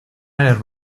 áreas